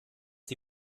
sie